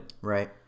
Right